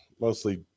mostly